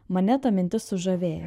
mane ta mintis sužavėjo